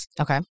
Okay